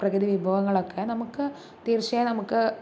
പ്രകൃതി വിഭവങ്ങളൊക്കെ നമുക്ക് തീർച്ചയായും നമുക്ക്